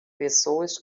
pessoas